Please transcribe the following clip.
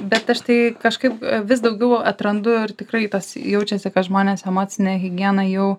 bet aš tai kažkaip vis daugiau atrandu ir tikrai tas jaučiasi kad žmonės emocinę higieną jau